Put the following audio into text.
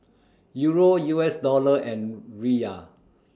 Euro U S Dollar and Riyal